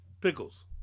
Pickles